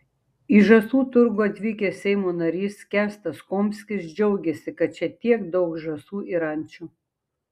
į žąsų turgų atvykęs seimo narys kęstas komskis džiaugėsi kad čia tiek daug žąsų ir ančių